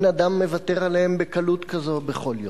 אין אדם מוותר עליהם בקלות כזאת בכל יום.